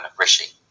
Rishi